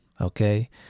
Okay